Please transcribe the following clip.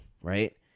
right